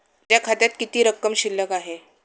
माझ्या खात्यात किती रक्कम शिल्लक आहे?